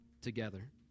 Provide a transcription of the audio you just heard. together